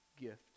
gift